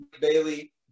Bailey